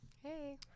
Hey